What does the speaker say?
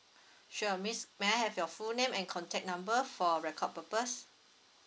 sure miss may I have your full name and contact number for record purpose